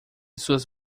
suas